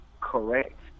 correct